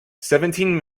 seventeen